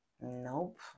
Nope